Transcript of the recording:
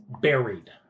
buried